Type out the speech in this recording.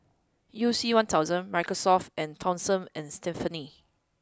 U C one thousand Microsoft and Tom same and Stephanie